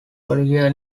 olivia